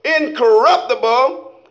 incorruptible